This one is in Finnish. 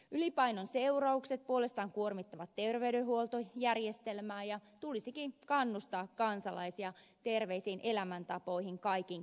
ylipainon seuraukset puolestaan kuormittavat terveydenhuoltojärjestelmää ja tulisikin kannustaa kansalaisia terveisiin elämäntapoihin kaikin keinoin